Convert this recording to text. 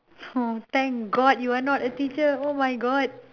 oh thank god you are not a teacher oh my god